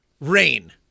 Rain